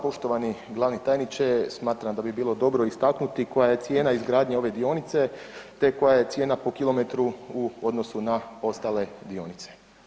Poštovani glavni tajniče smatram da bi bilo dobro istaknuti koja je cijena izgradnje ove dionice te koja je cijena po kilometru u odnosu na ostale dionice.